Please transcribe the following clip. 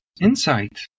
insight